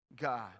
God